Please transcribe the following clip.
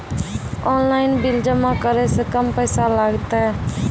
Online bill जमा करै से कम पैसा लागतै?